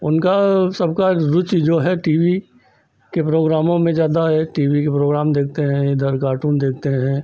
उनका सबका रुचि जो है टी वी के प्रोग्रामों में ज़्यादा है टी वी के प्रोग्राम देखते हैं इधर कार्टून देखते हैं